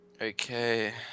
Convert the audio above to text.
Okay